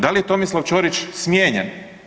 Da li je Tomislav Ćorić smijenjen?